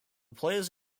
players